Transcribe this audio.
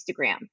Instagram